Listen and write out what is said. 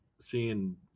seeing